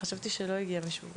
משום מה חשבתי שלא הגיע מישהו.